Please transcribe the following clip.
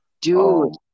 dude